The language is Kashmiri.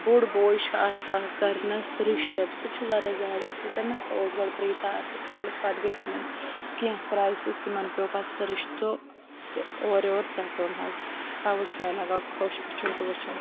بوٚڑ بوے چھُ آسان کَرنَس رِشپ سُہ چھُ واریاہ زیادٕ اَصٕل تٔمِس تہِ اوس گۄڈٕ پریٖتاہَس سۭتۍ کٔرِتھ پَتہٕ گٔے تِمَن کینٛہہ کرٛایسِس تِمَن پیٚو پَتہٕ سُہ رِشتہٕ سُہ اورٕ یورٕ ژَٹُن حظ تَوٕے چھ مےٚ لَگان خۄش وٕچھُن تہٕ وٕچھُن